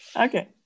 Okay